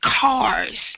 cars